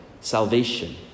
salvation